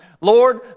Lord